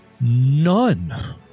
None